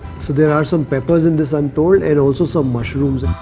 so there are some peppers in this i'm told and also some mushrooms.